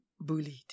bullied